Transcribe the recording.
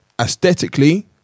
Aesthetically